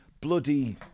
bloody